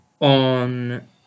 On